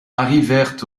arrivèrent